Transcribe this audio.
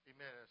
Amen